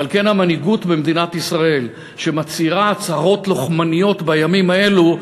ועל כן המנהיגות במדינת ישראל שמצהירה הצהרות לוחמניות בימים האלו,